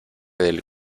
del